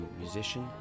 musician